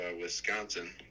wisconsin